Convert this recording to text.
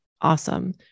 awesome